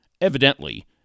Evidently